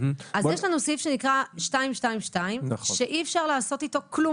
יש לנו סעיף שנקרא 222 שאי אפשר לעשות אתו כלום,